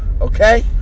Okay